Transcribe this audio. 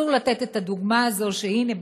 אסור לתת את הדוגמה הזאת שהנה,